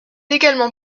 également